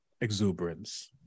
exuberance